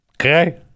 Okay